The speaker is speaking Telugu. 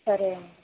సరే అండీ